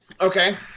Okay